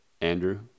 Andrew